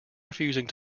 refusing